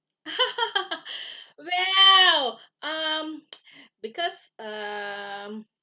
well um because um